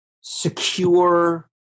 secure